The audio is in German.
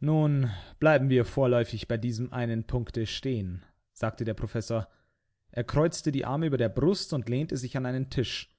nun bleiben wir vorläufig bei diesem einen punkte stehen sagte der professor er kreuzte die arme über der brust und lehnte sich an einen tisch